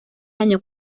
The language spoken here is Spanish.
año